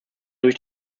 durch